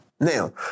Now